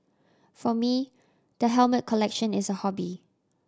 for me the helmet collection is a hobby